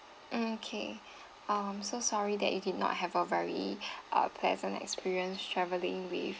okay um so sorry that you did not have a very uh pleasant experience travelling with